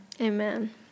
Amen